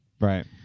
Right